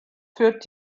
führt